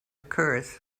curse